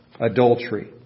adultery